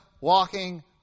walking